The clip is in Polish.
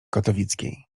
katowickiej